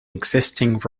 existing